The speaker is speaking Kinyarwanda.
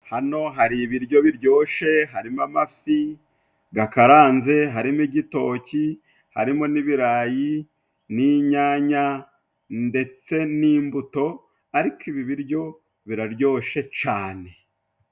Hano hari ibiryo biryoshye: harimo amafi gakaranze, harimo igitoki, harimo n'ibirayi n'inyanya ndetse n'imbuto, ariko ibi biryo biraryoshe cyane.